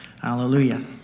Hallelujah